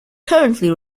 currently